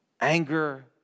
anger